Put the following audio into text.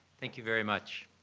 thank you very much.